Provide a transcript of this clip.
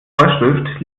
vorschrift